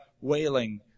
wailing